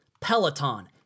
Peloton